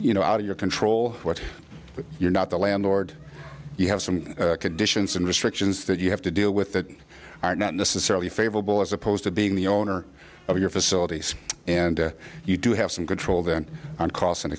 you know out of your control what if you're not the landlord you have some conditions and restrictions that you have to deal with that are not necessarily favorable as opposed to being the owner of your facilities and you do have some control then on costs and